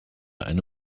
eine